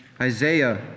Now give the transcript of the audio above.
Isaiah